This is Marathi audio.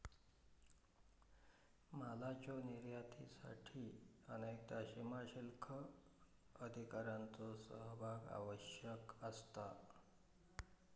मालाच्यो निर्यातीसाठी अनेकदा सीमाशुल्क अधिकाऱ्यांचो सहभाग आवश्यक असता